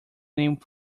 name